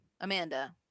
Amanda